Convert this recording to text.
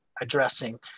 addressing